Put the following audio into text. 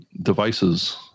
devices